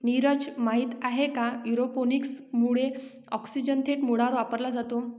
नीरज, माहित आहे का एरोपोनिक्स मुळे ऑक्सिजन थेट मुळांवर वापरला जातो